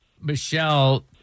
Michelle